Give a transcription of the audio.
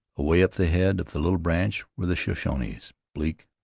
away up the head of the little branch were the shoshones, bleak,